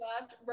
loved